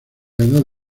edades